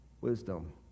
wisdom